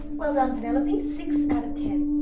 well done, penelope. six and ten.